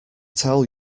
tell